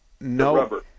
No